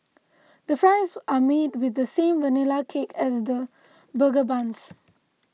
the fries are made with the same Vanilla Cake as the burger buns